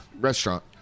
Restaurant